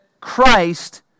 Christ